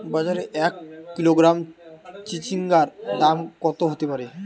বাজারে এক কিলোগ্রাম চিচিঙ্গার দাম কত হতে পারে?